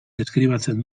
deskribatzen